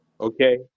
okay